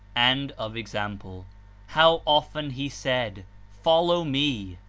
and of example how often he said follow me.